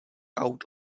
out